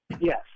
Yes